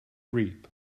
reap